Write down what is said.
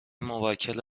موکل